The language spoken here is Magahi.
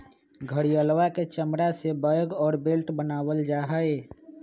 घड़ियलवा के चमड़ा से बैग और बेल्ट बनावल जाहई